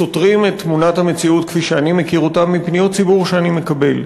את תמונת המציאות כפי שאני מכיר אותה מפניות ציבור שאני מקבל.